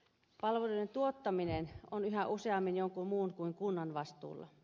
palveluiden tuottaminen on yhä useammin jonkun muun kuin kunnan vastuulla